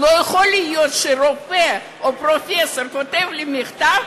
לא יכול להיות שרופא או פרופסור כותב לי מכתב